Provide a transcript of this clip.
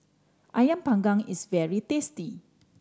Ayam Panggang is very tasty